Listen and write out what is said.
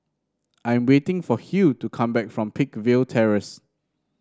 I'm waiting for Hugh to come back from Peakville Terrace